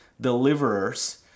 deliverers